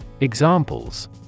Examples